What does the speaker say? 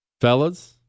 Fellas